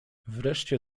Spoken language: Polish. wreszcie